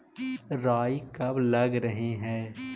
राई कब लग रहे है?